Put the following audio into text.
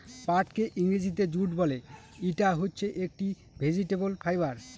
পাটকে ইংরেজিতে জুট বলে, ইটা হচ্ছে একটি ভেজিটেবল ফাইবার